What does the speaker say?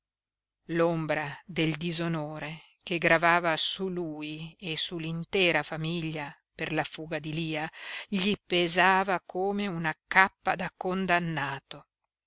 l'ombra del disonore che gravava su lui e su l'intera famiglia per la fuga di lia gli pesava come una cappa da condannato